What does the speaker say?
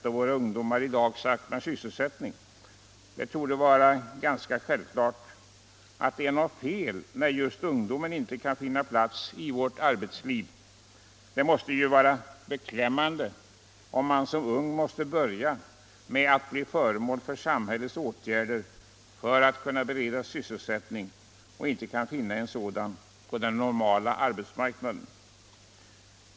av våra ungdomar i dag saknar sysselsättning. Det torde vara ganska självklart att det är något fel när just ungdomen inte kan finna plats i vårt arbetsliv. Det måste vara beklämmande att som ung börja med att bli föremål för samhällets åtgärder för att kunna beredas sysselsättning och inte finna en sådan på den normala arbetsmarknaden.